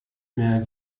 mehr